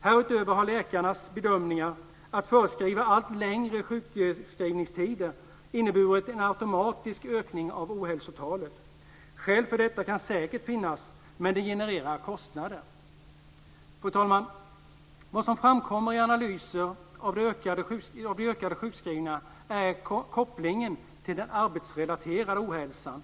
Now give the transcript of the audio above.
Härutöver har läkarnas benägenhet att föreskriva allt längre sjukskrivningstider inneburit en automatisk ökning av ohälsotalet. Skäl för detta kan säkert finnas, men det genererar kostnader. Fru talman! Vad som framkommer i analyser av de ökande sjukskrivningarna är en koppling till den arbetsrelaterade ohälsan.